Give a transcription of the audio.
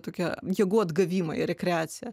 tokią jėgų atgavimą ir rekreaciją